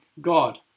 God